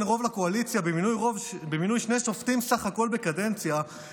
רוב לקואליציה במינוי שני שופטים בקדנציה סך הכול,